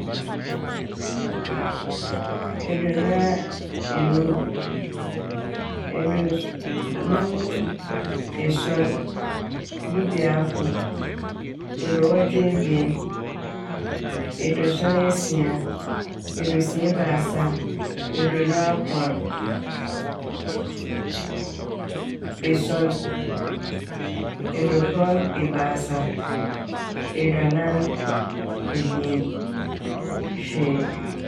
Eduonu a- enum, eduo suo- num esuon, dubiako, eduowɔtwe ebien, eduosuon esia, eduosia ebiasa, eduonu akron, ee- esuon, eduokron ebiasa, eduanan ebien, hwee.